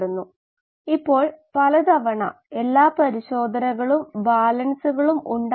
fed batch പ്രവർത്തനം എങ്ങനെ വിശകലനം ചെയ്യാം